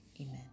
amen